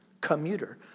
commuter